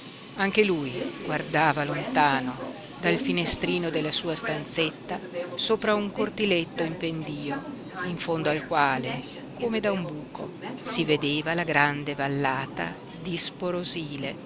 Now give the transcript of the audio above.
anche lui guardava lontano dal finestrino della sua stanzetta sopra un cortiletto in pendío in fondo al quale come da un buco si vedeva la grande vallata d'isporosile